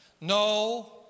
no